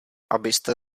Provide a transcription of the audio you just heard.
abyste